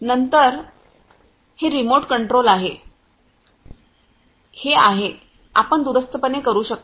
नंतर हे remote control आहे हे आहे आपण दूरस्थपणे करू शकता